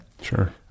sure